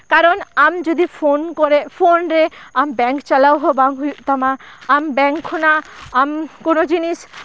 ᱠᱟᱨᱚᱱ ᱟᱢ ᱡᱚᱫᱤ ᱯᱷᱳᱱ ᱠᱚᱨᱮ ᱯᱷᱳᱱ ᱨᱮ ᱟᱢ ᱵᱮᱝᱠ ᱪᱟᱞᱟᱣ ᱦᱚᱸ ᱵᱟᱝ ᱦᱩᱭᱩᱜ ᱛᱟᱢᱟ ᱟᱢ ᱵᱮᱝᱠ ᱠᱷᱚᱱᱟᱜ ᱟᱢ ᱠᱳᱱᱳ ᱡᱤᱱᱤᱥ